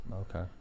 Okay